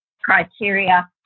criteria